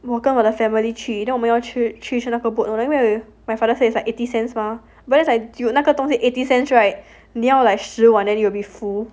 我跟我的 family 去 then 我们要去吃 boat noodles my father says it's like eighty cents mah but then it's like dude eighty cents right 吃十碗 then you will be full